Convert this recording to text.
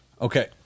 Okay